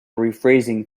rephrasing